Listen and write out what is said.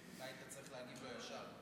אתה היית צריך להגיב לו ישר.